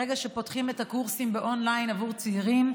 ברגע שפותחים את הקורסים און-ליין עבור צעירים,